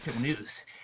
News